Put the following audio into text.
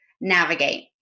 navigate